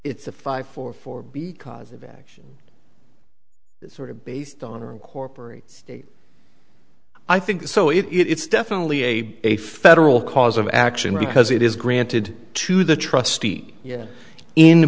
it's a five four four b cause of action sort of based on incorporate state i think so it's definitely a a federal cause of action because it is granted to the trustee yet in